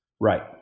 Right